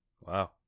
Wow